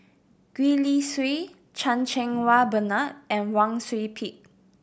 Gwee Li Sui Chan Cheng Wah Bernard and Wang Sui Pick